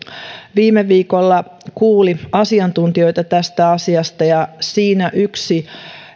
viime viikolla kuuli asiantuntijoita tästä asiasta ja siinä yksi